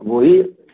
गोभी